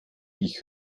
ich